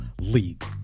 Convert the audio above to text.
league